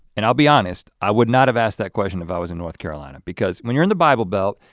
and i'll be honest, i would not have asked that question if i was in north carolina because when you're in the bible belt,